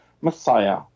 Messiah